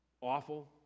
awful